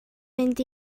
mynd